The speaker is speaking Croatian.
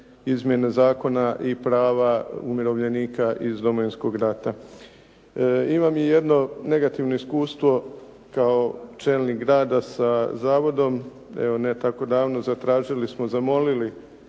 izmjene zakona i prava umirovljenika iz Domovinskog rata. Imam i jedno negativno iskustvo kao čelnik grada sa zavodom. Evo ne tako davno zatražili smo, zamolili